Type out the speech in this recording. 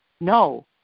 no